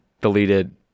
deleted